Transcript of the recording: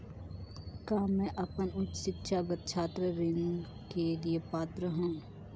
का मैं अपन उच्च शिक्षा बर छात्र ऋण के लिए पात्र हंव?